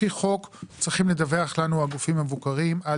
לפי חוק צריכים לדווח לנו הגופים המבוקרים על